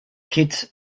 kitts